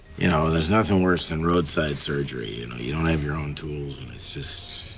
you know there's nothing worse than roadside surgery. you know, you don't have your own tools, and it's just,